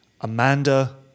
Amanda